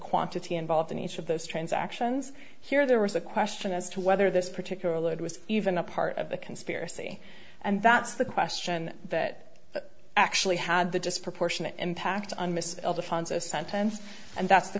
quantity involved in each of those transactions here there was a question as to whether this particular load was even a part of the conspiracy and that's the question that actually had the disproportionate impact on